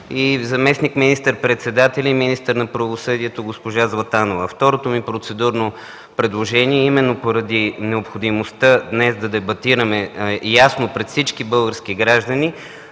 и заместник министър-председателят и министър на правосъдието госпожа Златанова. Второто ми процедурно предложение е именно поради необходимостта днес да дебатираме ясно пред всички български граждани,